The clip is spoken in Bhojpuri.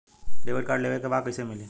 डेबिट कार्ड लेवे के बा कईसे मिली?